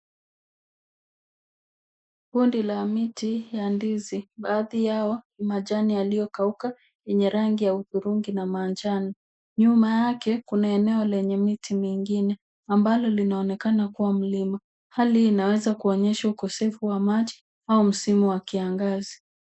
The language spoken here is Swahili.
Kundi la miti ya ndizi baadhi yao majani yaliyokauka yenye majani ya hudhurungi na manjano. Nyuma yake kuna rundo lenye miti mingine ambalo linaonekana kuwa mlima. Hali hii inaweza kuonyesha ukose wa maji au msimu wa kiangazi.